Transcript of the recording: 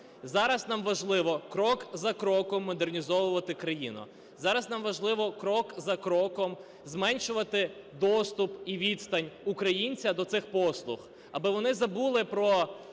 Зараз нам важливо крок за кроком модернізовувати країну, зараз нам важливо крок за кроком зменшувати доступ і відстань українця до цих послуг, аби вони забули про